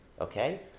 Okay